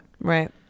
Right